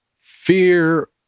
fear